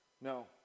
no